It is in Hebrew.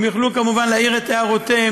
הם יוכלו, כמובן, להעיר את הערותיהם.